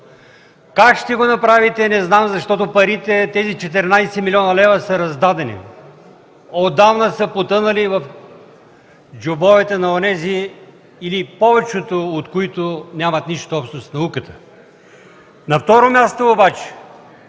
Как ще го направите не знам, защото тези 14 млн. лв. са раздадени, отдавна са потънали в джобовете на онези или повечето от които нямат нищо общо с науката. На второ място обаче